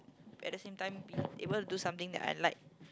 at the same time be able to do something that I like